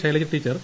Shailaja teacher